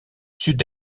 sud